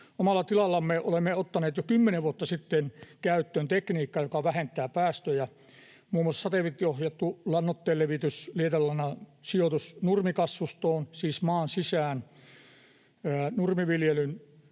Omalla tilallamme olemme ottaneet jo kymmenen vuotta sitten käyttöön tekniikan, joka vähentää päästöjä: muun muassa satelliittiohjattu lannoitteen levitys, lietelannan sijoitus nurmikasvustoon, siis maan sisään. On